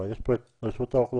אבל יש פה את רשות האוכלוסין,